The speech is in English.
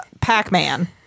Pac-Man